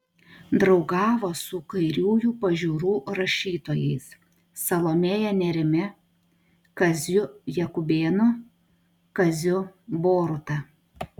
draugavo su kairiųjų pažiūrų rašytojais salomėja nėrimi kaziu jakubėnu kaziu boruta